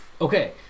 Okay